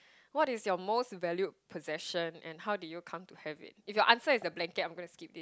what is your most valued possession and how did you come to have it if your answer is a blanket I am going to skip it